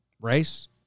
race